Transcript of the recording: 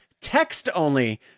text-only